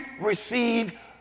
receive